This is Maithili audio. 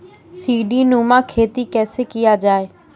सीडीनुमा खेती कैसे किया जाय?